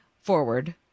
forward